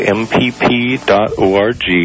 mpp.org